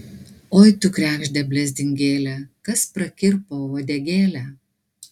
oi tu kregžde blezdingėle kas prakirpo uodegėlę